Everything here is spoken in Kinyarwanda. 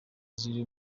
ziri